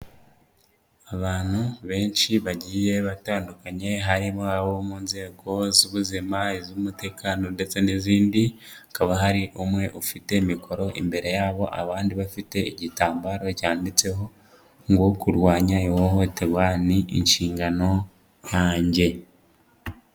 Abantu benshi bagiye batandukanye, harimo abo mu nzego z'ubuzima, iz'umutekano ndetse n'izindi, hakaba hari umwe ufite mikoro, imbere yabo abandi bafite igitambaro cyanditseho ngo:" Kurwanya ihohoterwa ni inshingano yanjye."